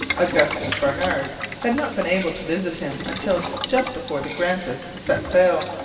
augustus barnard had not been able to visit him until just before the grampus set sail.